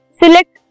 select